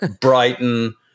Brighton